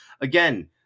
Again